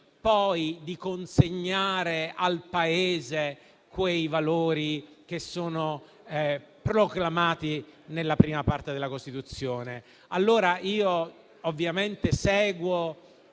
di consegnare al Paese quei valori che sono proclamati nella I Parte della Costituzione.